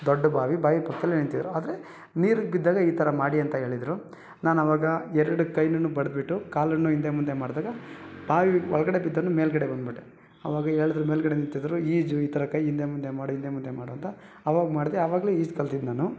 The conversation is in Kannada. ದೊಡ್ಡ ಬಾವಿ ಬಾವಿ ಪಕ್ಕದಲ್ಲೇ ನಿಂತಿದ್ದರು ಆದರೆ ನೀರಿಗೆ ಬಿದ್ದಾಗ ಈ ಥರ ಮಾಡಿ ಅಂತ ಹೇಳಿದ್ರು ನಾನು ಆವಾಗ ಎರಡು ಕೈನು ಬಡ್ದ್ಬಿಟ್ಟು ಕಾಲನ್ನೂ ಹಿಂದೆ ಮುಂದೆ ಮಾಡಿದಾಗ ಬಾವಿ ಒಳಗಡೆ ಬಿದ್ದೋನು ಮೇಲುಗಡೆ ಬಂದುಬಿಟ್ಟೆ ಆವಾಗ ಹೇಳಿದ್ರು ಮೇಲುಗಡೆ ನಿಂತಿದ್ದರು ಈಜು ಈ ಥರ ಕೈ ಹಿಂದೆ ಮುಂದೆ ಮಾಡು ಹಿಂದೆ ಮುಂದೆ ಮಾಡು ಅಂತ ಆವಾಗ ಮಾಡಿದೆ ಆವಾಗಲೇ ಈಜು ಕಲ್ತಿದ್ದು ನಾನು